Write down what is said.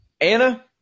Anna